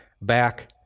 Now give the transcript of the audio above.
back